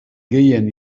gehien